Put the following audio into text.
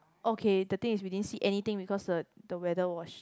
okay the thing is we didn't see anything because the the weather was